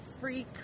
Free